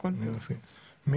אנחנו נעבור להצבעה.